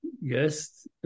yes